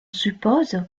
suppose